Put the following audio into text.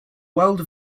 world